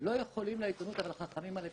לא יכולים לעיתונות אבל חכמים על הפיצוציות?